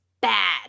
bad